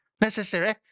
necessary